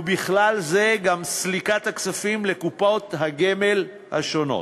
ובכלל זה גם סליקת הכספים לקופות הגמל השונות.